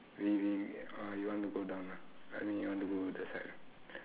we we uh you want to go down ah I mean you want to go that side ah